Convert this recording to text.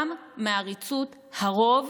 גם מעריצות הרוב